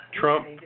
Trump